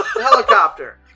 helicopter